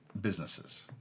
businesses